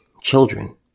children